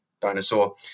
dinosaur